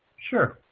sure.